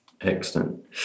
excellent